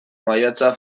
maiatza